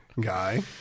guy